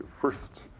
first